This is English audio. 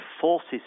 forces